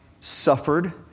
suffered